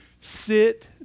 Sit